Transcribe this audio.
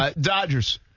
Dodgers